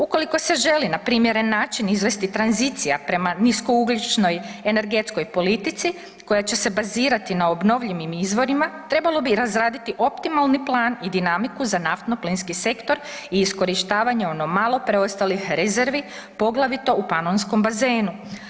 Ukoliko se želi na primjeren način izvesti tranzicija prema niskougljičnoj energetskoj politici koja će se bazirati na obnovljivim izvorima trebalo bi razraditi optimalni plan i dinamiku za naftno plinski sektor i iskorištavanje ono malo preostalih rezervi poglavito u Panonskom bazenu.